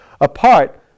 apart